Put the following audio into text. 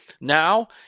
now